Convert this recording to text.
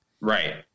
Right